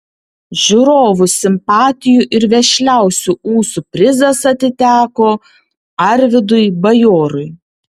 žiūrovų simpatijų ir vešliausių ūsų prizas atiteko arvydui bajorui